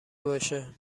باشه